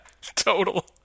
total